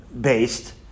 based